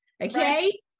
Okay